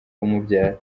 umubyara